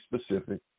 specific